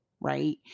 Right